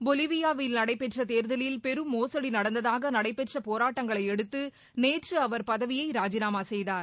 பொலிவியாவில் நடைபெற்ற தேர்தலில் பெரும் மோசடி நடந்ததாக நடைபெற்ற போராட்டங்களை அடுத்து நேற்று அவர் பதவியை ராஜினாமா செய்தார்